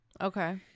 Okay